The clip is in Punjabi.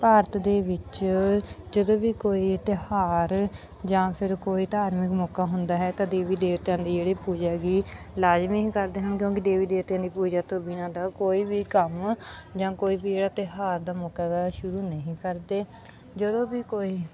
ਭਾਰਤ ਦੇ ਵਿੱਚ ਜਦੋਂ ਵੀ ਕੋਈ ਤਿਉਹਾਰ ਜਾਂ ਫਿਰ ਕੋਈ ਧਾਰਮਿਕ ਮੌਕਾ ਹੁੰਦਾ ਹੈ ਤਾਂ ਦੇਵੀ ਦੇਵਤਿਆਂ ਦੀ ਜਿਹੜੀ ਪੂਜਾ ਹੈਗੀ ਲਾਜ਼ਮੀ ਹੀ ਕਰਦੇ ਹਨ ਕਿਉਂਕਿ ਦੇਵੀ ਦੇਵਤਿਆਂ ਦੀ ਪੂਜਾ ਤੋਂ ਬਿਨਾਂ ਤਾਂ ਕੋਈ ਵੀ ਕੰਮ ਜਾਂ ਕੋਈ ਵੀ ਜਿਹੜਾ ਤਿਉਹਾਰ ਦਾ ਮੌਕਾ ਹੈਗਾ ਸ਼ੁਰੂ ਨਹੀਂ ਕਰਦੇ ਜਦੋਂ ਵੀ ਕੋਈ